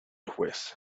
juez